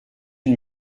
une